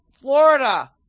Florida